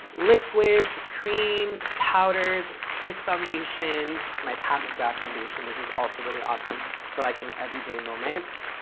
liquids, creams, powders, stick foundations. my pat mcgrath foundation, this is also really awesome for like an everyday moment.